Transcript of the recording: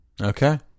Okay